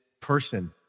person